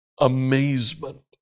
amazement